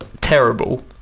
terrible